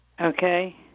Okay